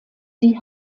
die